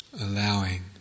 allowing